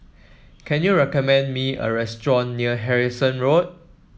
can you recommend me a restaurant near Harrison Road